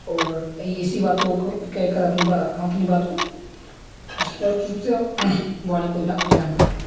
और इसी बातों को कह कर अपनी बा हम अपनी बात को अस्पष्ट रूप से वाणी को इतना विराम करते हैं